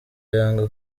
yanga